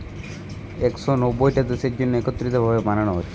একশ নব্বইটা দেশের জন্যে একত্রিত ভাবে বানানা হচ্ছে